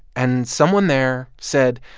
and someone there said,